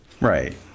right